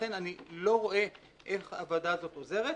לכן אני לא רואה איך הוועדה הזאת עוזרת.